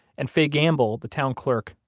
and faye gamble, the town clerk,